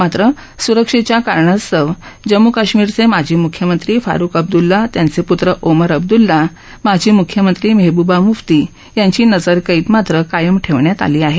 मात्र सुरक्षेच्या कारणास्तव जम्मू काश्मीरचे माजी मुख्यमंत्री फारुख अब्दुल्ला त्यांचे पूत्र ओमर अब्द्र्ला माजी म्ख्यमंत्री मेहबूबा मुफ्ती यांची नजरकैद मात्र कायम ठेवण्यात आली आहे